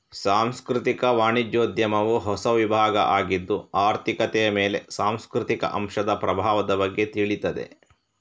ಸಾಂಸ್ಕೃತಿಕ ವಾಣಿಜ್ಯೋದ್ಯಮವು ಹೊಸ ವಿಭಾಗ ಆಗಿದ್ದು ಆರ್ಥಿಕತೆಯ ಮೇಲೆ ಸಾಂಸ್ಕೃತಿಕ ಅಂಶದ ಪ್ರಭಾವದ ಬಗ್ಗೆ ತಿಳೀತದೆ